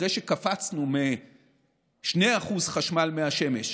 אחרי שקפצנו מ-2% חשמל מהשמש,